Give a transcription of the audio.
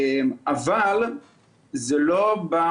אבל זה לא בא